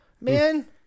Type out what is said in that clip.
man